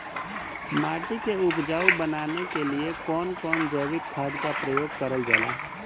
माटी के उपजाऊ बनाने के लिए कौन कौन जैविक खाद का प्रयोग करल जाला?